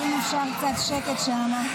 רק אם אפשר קצת שקט שם.